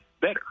better